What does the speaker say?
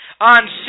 on